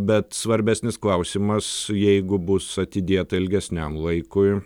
bet svarbesnis klausimas jeigu bus atidėta ilgesniam laikui